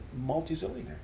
multi-zillionaire